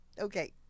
okay